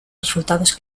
resultados